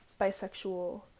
bisexual